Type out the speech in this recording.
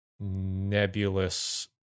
Nebulous